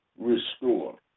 restore